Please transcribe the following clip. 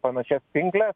panašias pinkles